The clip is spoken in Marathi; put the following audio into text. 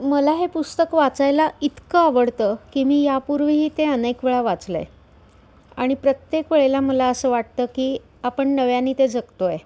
मला हे पुस्तक वाचायला इतकं आवडतं की मी यापूर्वीही ते अनेक वेळा वाचलं आहे आणि प्रत्येक वेळेला मला असं वाटतं की आपण नव्याने ते जगतो आहे